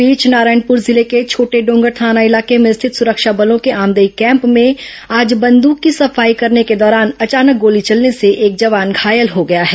इस बीच नारायणपुर जिले के छोटेडोंगर थाना इलाके में स्थित सुरक्षा बलों के आमदई कैम्प में आज बंदूक की सफाई करने के दौरान अचानक गोली चलने से एक जवान घायल हो गया है